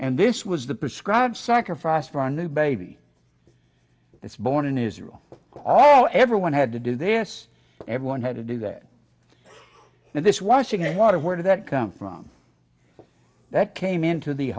and this was the prescribe sacrifice for a new baby that's born in israel all everyone had to do this everyone had to do that and this washing in water where did that come from that came into the